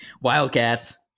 Wildcats